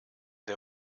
der